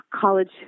college